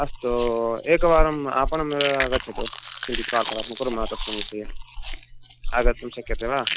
अस्तु एकवारम् आपणम् आगच्छतु किञ्चित् वार्तालापं कुर्मः तस्मिन् विषये आगन्तुं शक्यते वा